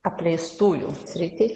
apleistųjų sritį